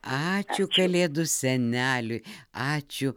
ačiū kalėdų seneliui ačiū